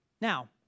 Now